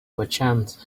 merchant